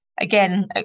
again